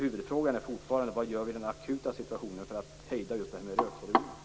Huvudfrågan är fortfarande vad vi gör i den akuta situationen för att hejda användningen av rökheroin.